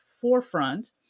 forefront